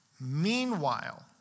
meanwhile